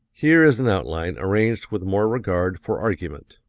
here is an outline arranged with more regard for argument